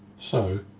so